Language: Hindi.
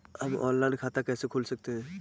हम ऑनलाइन खाता कैसे खोल सकते हैं?